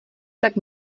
tak